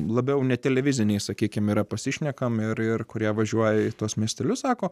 labiau ne televiziniai sakykim yra pasišnekam ir ir kurie važiuoja į tuos miestelius sako